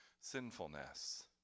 sinfulness